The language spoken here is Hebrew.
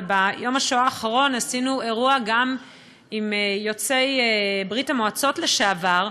וביום השואה האחרון עשינו אירוע גם עם יוצאי ברית המועצות לשעבר.